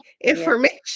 information